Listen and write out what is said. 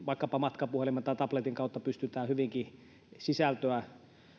vaikkapa matkapuhelimen tai tabletin kautta pystytään hyvinkin sisältöä